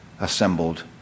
assembled